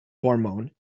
hormone